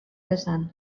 esan